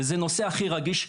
וזה נושא הכי רגיש,